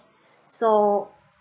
so